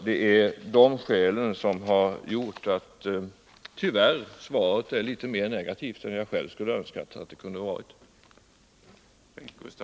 Det är sådana skäl som medfört att svaret tyvärr är mer negativt än jag hade önskat att det skulle behöva bli.